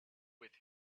with